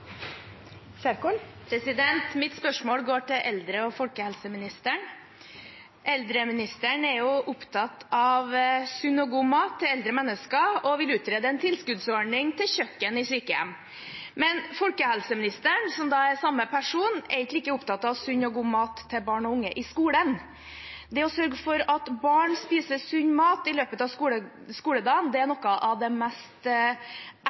Mitt spørsmål går til eldre- og folkehelseministeren. Eldreministeren er jo opptatt av sunn og god mat til eldre mennesker og vil utrede en tilskuddsordning til kjøkken i sykehjem. Men folkehelseministeren, som er samme person, er ikke like opptatt av sunn og god mat til barn og unge i skolen. Det å sørge for at barn spiser sunn mat i løpet av skoledagen, er noe av det mest